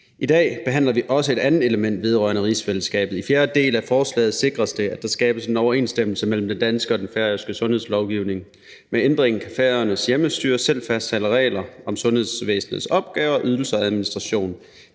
I dag behandler vi også et andet element vedrørende rigsfællesskabet. I fjerde del af forslaget sikres det, at der skabes en overensstemmelse mellem den danske og den færøske sundhedslovgivning. Med ændringen kan Færøernes hjemmestyre selv fastsætte regler om sundhedsvæsenets opgaver, ydelser og administration.